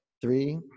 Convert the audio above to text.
three